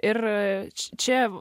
ir čia